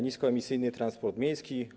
Niskoemisyjny transport miejski.